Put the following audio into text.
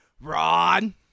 Ron